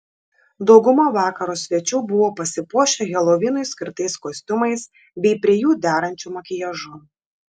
dauguma vakaro svečių buvo pasipuošę helovinui skirtais kostiumais bei prie jų derančiu makiažu